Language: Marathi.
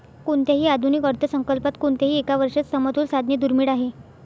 कोणत्याही आधुनिक अर्थसंकल्पात कोणत्याही एका वर्षात समतोल साधणे दुर्मिळ आहे